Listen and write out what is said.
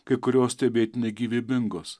kai kurios stebėtinai gyvybingos